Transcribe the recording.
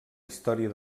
història